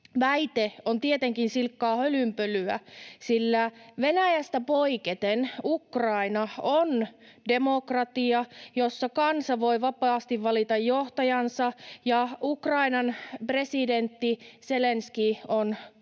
Väite on tietenkin silkkaa hölynpölyä, sillä Venäjästä poiketen Ukraina on demokratia, jossa kansa voi vapaasti valita johtajansa, ja Ukrainan presidentti Zelenskyi on uskonnoltaan